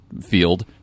field